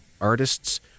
artists